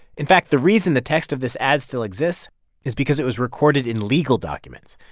in fact, the reason the text of this ad still exists is because it was recorded in legal documents.